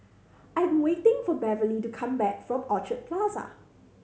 I am waiting for Beverley to come back from Orchard Plaza